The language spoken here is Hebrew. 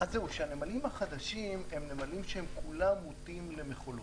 הנמלים החדשים הם נמלים מוטים למכולות,